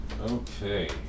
Okay